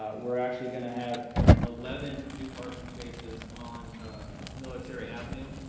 ah we're actually going to have eleven new parking spaces on military avenue.